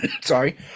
sorry